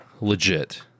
legit